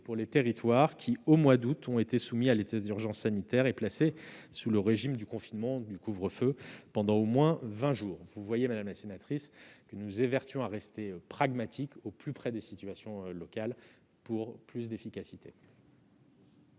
pour les territoires qui, au mois d'août, ont été soumis à l'état d'urgence sanitaire et placés sous le régime du confinement ou du couvre-feu pendant au moins vingt jours. Vous voyez, madame la sénatrice, nous nous évertuons à rester pragmatiques, au plus près des situations locales, pour plus d'efficacité.